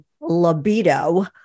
libido